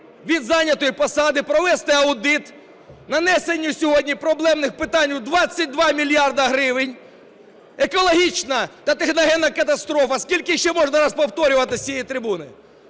від зайнятої посади, провести аудит нанесенню сьогодні проблемних питань у 22 мільярди гривень, екологічна та техногенна катастрофи. Скільки ще можна раз повторювати з цієї трибуни: